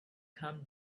come